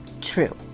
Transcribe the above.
True